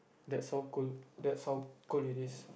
that's how good that's how good it is